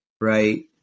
right